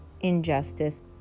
injustice